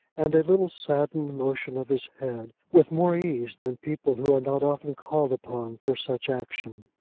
and a little saddened motion of his head, with more ease than people who are not often called upon for such action.